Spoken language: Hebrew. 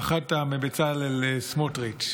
פחדת מבצלאל סמוטריץ'.